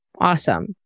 awesome